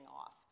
off